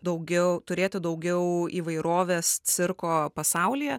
daugiau turėti daugiau įvairovės cirko pasaulyje